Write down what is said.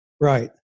Right